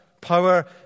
power